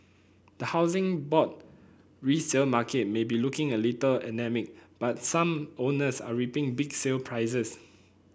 the Housing Board resale market may be looking a little but some owners are reaping big sale prices